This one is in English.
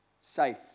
safe